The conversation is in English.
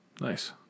Nice